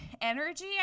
energy